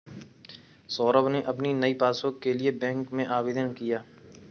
सौरभ ने अपनी नई पासबुक के लिए बैंक में आवेदन किया